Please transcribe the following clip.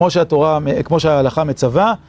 כמו שהתורה כמו שההלכה מצווה